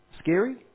Scary